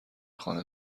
خانه